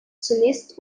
zunächst